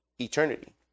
Eternity